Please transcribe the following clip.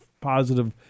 positive